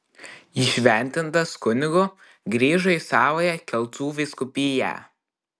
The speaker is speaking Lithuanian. įšventintas kunigu grįžo į savąją kelcų vyskupiją